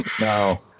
No